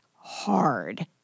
hard